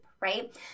right